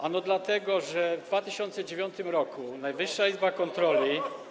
Ano dlatego, że w 2009 r. Najwyższa Izba Kontroli.